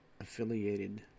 affiliated